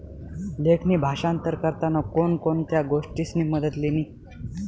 लेखणी भाषांतर करताना कोण कोणत्या गोष्टीसनी मदत लिनी